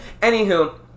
Anywho